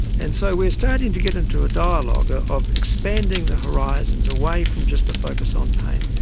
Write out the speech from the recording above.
and so we're starting to get into a dialogue of expanding the horizons away from just the focus on pain.